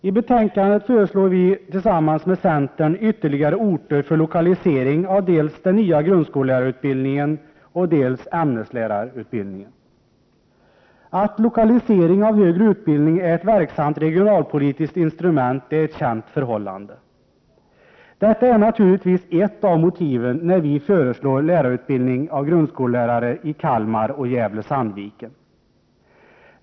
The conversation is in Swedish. I betänkandet föreslår vi tillsammans med centern ytterligare orter för lokalisering av dels den nya grundskollärarutbildningen, dels ämneslärarutbildningen. Att lokalisering av högre utbildning är ett verksamt regionalpolitiskt instrument är ett känt förhållande. Det är naturligtvis ett av motiven när vi föreslår att lärarutbildning av grundskollärare förläggs till Kalmar och Gävle-Sandviken.